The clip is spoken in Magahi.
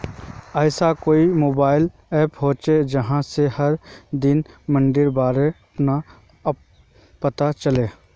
ऐसा कोई मोबाईल ऐप होचे जहा से हर दिन मंडीर बारे अपने आप पता चले?